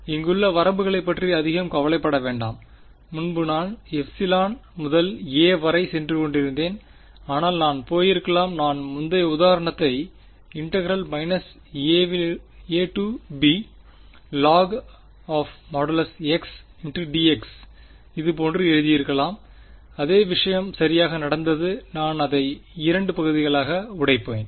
இங்குள்ள வரம்புகளைப் பற்றி அதிகம் கவலைப்பட வேண்டாம் முன்பு நான் ε முதல் a வரை சென்று கொண்டிருந்தேன் ஆனால் நான் போயிருக்கலாம் நான் முந்தைய உதாரணத்தைப் ab log | x | dx இது போன்று எழுதியிருக்கலாம் அதே விஷயம் சரியாக நடந்தது நான் அதை இரண்டு பகுதிகளாக உடைப்பேன்